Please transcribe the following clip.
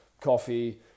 coffee